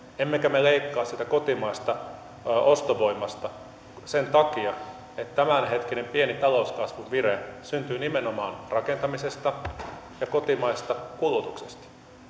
emmekä me leikkaa kotimaisesta ostovoimasta sen takia että tämänhetkinen pieni talouskasvun vire syntyy nimenomaan rakentamisesta ja kotimaisesta kulutuksesta